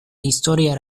historia